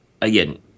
Again